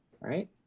right